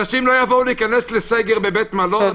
אנשים לא יבואו להיכנס לסגר בבית מלון.